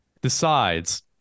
decides